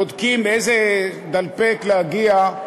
בודקים לאיזה דלפק להגיע.